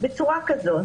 בצורה כזאת,